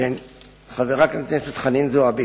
חברת הכנסת חנין זועבי,